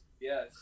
Yes